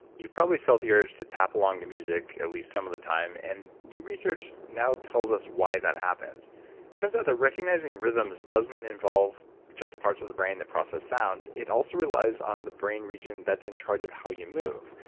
you've probably felt the urge to tap along to music, at least some of the time, and new research now tells us why that happens. it turns out that recognizing rhythms doesn't involve just parts of the brain that process sound, it also relies on the brain region that's in charge of how you move.